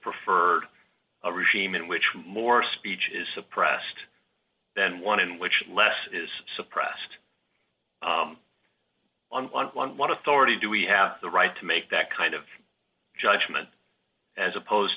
preferred a regime in which more speech is suppressed than one in which less is suppressed on one on one authority do we have the right to make that kind of judgment as opposed